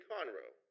Conroe